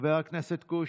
חבר הכנסת קושניר,